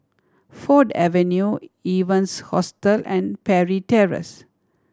Ford Avenue Evans Hostel and Parry Terrace